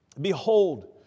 Behold